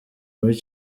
muri